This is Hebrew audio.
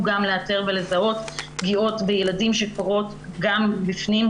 גם לאתר ולזהות פגיעות בילדים שקורות גם בפנים,